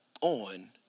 on